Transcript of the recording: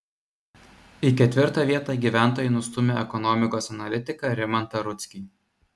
į ketvirtą vietą gyventojai nustūmė ekonomikos analitiką rimantą rudzkį